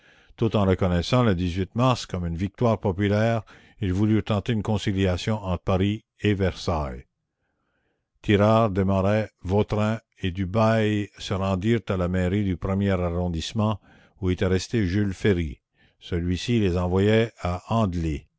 tout en reconnaissant le mars comme une victoire populaire ils voulurent tenter une conciliation entre paris et versailles tirard desmarets vautrin et dubail se rendirent à la mairie du premier arrondissement où était resté jules ferry celui-ci les envoya à